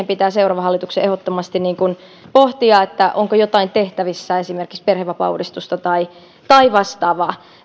pitää seuraavan hallituksen ehdottomasti pohtia onko jotain tehtävissä esimerkiksi perhevapaauudistus tai tai vastaavaa